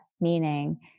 meaning